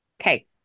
Okay